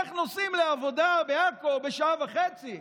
איך נוסעים לעבודה בעכו בשעה וחצי?